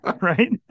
Right